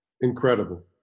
Incredible